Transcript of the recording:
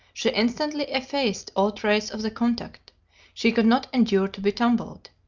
she instantly effaced all trace of the contact she could not endure to be tumbled.